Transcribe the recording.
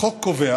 החוק קובע